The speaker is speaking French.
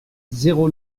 zéro